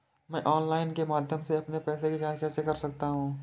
मैं ऑनलाइन के माध्यम से अपने पैसे की जाँच कैसे कर सकता हूँ?